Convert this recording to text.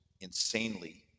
insanely